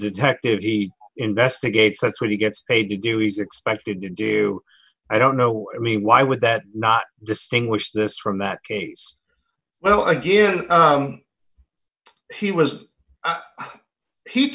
detective he investigates that's where he gets paid to do he's expected to do i don't know i mean why would that not distinguish this from that case well again he was he